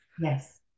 Yes